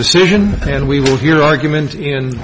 decision and we will hear argument in